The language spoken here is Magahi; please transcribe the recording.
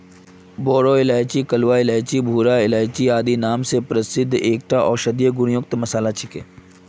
बोरो इलायची कलवा इलायची भूरा इलायची आदि नाम स प्रसिद्ध एकता औषधीय गुण युक्त मसाला छिके